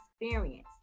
experience